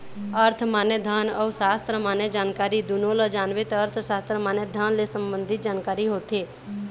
अर्थ माने धन अउ सास्त्र माने जानकारी दुनो ल जानबे त अर्थसास्त्र माने धन ले संबंधी जानकारी होथे